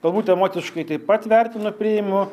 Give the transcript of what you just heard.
galbūt emociškai taip pat vertinu priimu